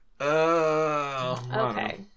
Okay